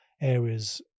areas